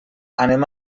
anem